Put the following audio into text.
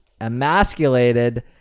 emasculated